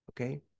Okay